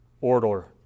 order